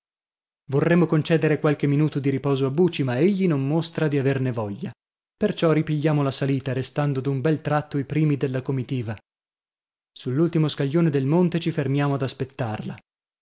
vorremmo concedere qualche minuto di riposo a buci ma egli non mostra di averne voglia perciò ripigliamo la salita restando d'un bel tratto i primi della comitiva sull'ultimo scaglione del monte ci fermiamo ad aspettarla